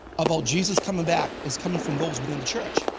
about jesus coming back is coming from those within the church.